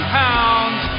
pounds